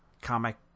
comic